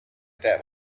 that